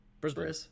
Brisbane